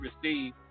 receive